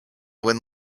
when